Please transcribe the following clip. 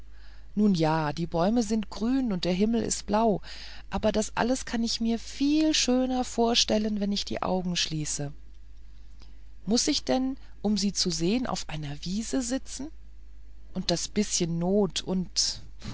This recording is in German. nun ja die bäume sind grün und der himmel ist blau aber das alles kann ich mir viel schöner vorstellen wenn ich die augen schließe muß ich denn um sie zu sehen auf einer wiese sitzen und das bißchen not und